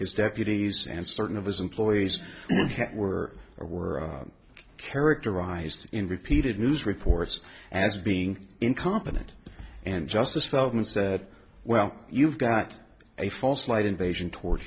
his deputies and certain of his employees were or were characterized in repeated news reports as being incompetent and justice feldman said well you've got a false light invasion to